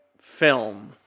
film